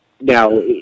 Now